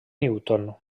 newton